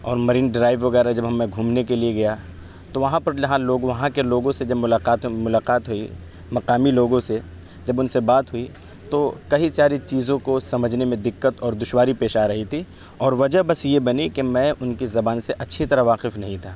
اور Marine Drive وغیرہ جب ہم میں گھومنے کے لیے گیا تو وہاں پر وہاں کے لوگوں سے جب ملاقات ملاقات ہوئی مقامی لوگوں سے جب ان سے بات ہوئی تو کہی ساری چیزوں کو سمجھنے میں دقت اور دشواری پیش آ رہی تھی اور وجہ بس یہ بنی کہ میں ان کی زبان سے اچّھی طرح واقف نہیں تھا